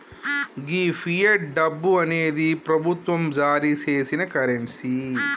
గీ fiat డబ్బు అనేది ప్రభుత్వం జారీ సేసిన కరెన్సీ